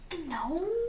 No